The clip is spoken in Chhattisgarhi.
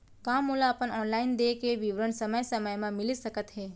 का मोला अपन ऑनलाइन देय के विवरण समय समय म मिलिस सकत हे?